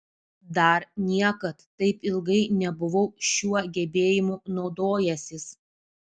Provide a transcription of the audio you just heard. dar niekad taip ilgai nebuvau šiuo gebėjimu naudojęsis